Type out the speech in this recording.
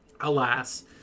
alas